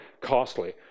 costly